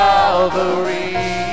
Calvary